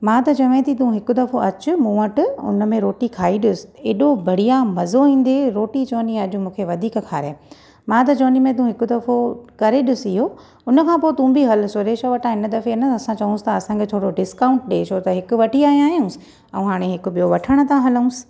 मां त चवा थी तूं हिकु दफ़ो अचि मूं वटि उन में रोटी खाई ॾिस एॾो बढ़िया मज़ो ईंदे रोटी चवंदी की अॼु मूंखे वधीक खाराए मां त चवंदी में तूं हिकु दफ़ो करे ॾिस इहो हुन खां पोइ तूं बि हल सुरेश वटां हिन दफ़े न असां चयूंसि था असांखे थोरो डिस्काउंट ॾिए छो त हिकु वठी आयां आहियूसि ऐं हाणे हिकु ॿियो वठण था हलूं